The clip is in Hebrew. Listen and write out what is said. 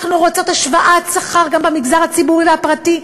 אנחנו רוצות השוואת שכר לנשים גם במגזר הציבורי וגם בפרטי,